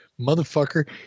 Motherfucker